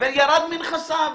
וירד מנכסיו.